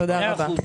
תודה רבה.